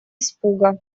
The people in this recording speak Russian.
испуга